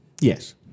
Yes